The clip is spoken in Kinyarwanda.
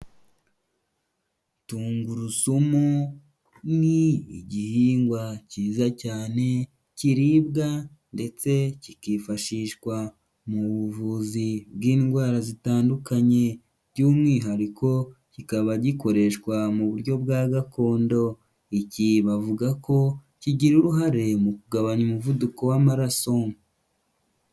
Tungurusumu ni igihingwa cyiza cyane kiribwa ndetse kikifashishwa mu buvuzi bw'indwara zitandukanye by'umwihariko kikaba gikoreshwa mu buryo bwa gakondo, iki bavuga ko kigira uruhare mu kugabanya umuvuduko w'amaraso.